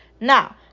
Now